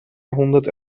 jahrhundert